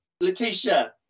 Letitia